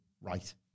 right